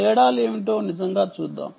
తేడాలు ఏమిటో నిజంగా చూద్దాం